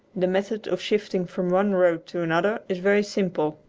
the method of shifting from one row to another is very simple.